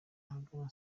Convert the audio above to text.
ahagana